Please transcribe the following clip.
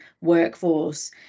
workforce